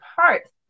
parts